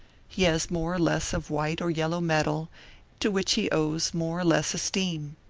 he has more or less of white or yellow metal to which he owes more or less esteem.